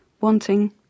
wanting